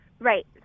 Right